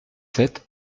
sept